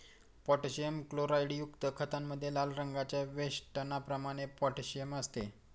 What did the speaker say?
potassium क्लोराईडयुक्त खतामध्ये लाल रंगाच्या वेष्टनाप्रमाणे पोटॅशियम असते